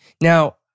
Now